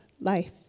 life